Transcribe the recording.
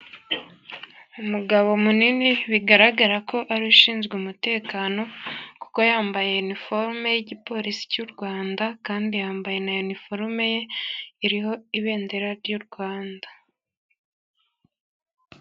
Umugabo munini bigaragara ko ari ushinzwe umutekano, kuko yambaye iniforume y' igipolisi cy' u Rwanda, kandi yambaye na iniforume ye iriho ibendera ry' u Rwanda.